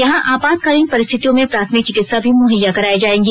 यहां आपातकालीन परिस्थितियों में प्राथमिक चिकित्सा भी मुहैया कराई जायेंगी